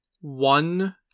one